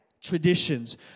traditions